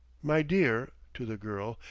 my dear, to the girl,